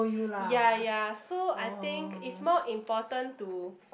ya ya so I think it's more important to